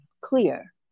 clear